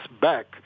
back